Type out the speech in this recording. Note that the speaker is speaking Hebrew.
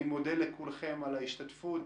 אני מודה לכולכם על ההשתתפות,